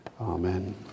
Amen